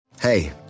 Hey